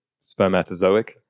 spermatozoic